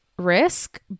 risk